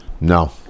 No